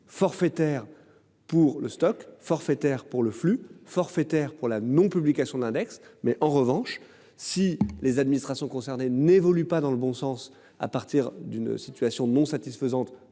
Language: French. forfaitaire pour le stock forfaitaire pour le flux forfaitaire pour la non-. Publication de l'index, mais en revanche, si les administrations concernées n'évolue pas dans le bon sens à partir d'une situation de non satisfaisante